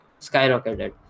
skyrocketed